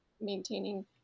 maintaining